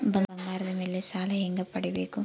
ಬಂಗಾರದ ಮೇಲೆ ಸಾಲ ಹೆಂಗ ಪಡಿಬೇಕು?